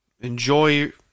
enjoy